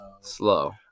slow